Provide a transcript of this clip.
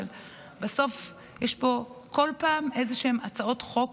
אבל בסוף יש פה כל פעם איזשהן הצעות חוק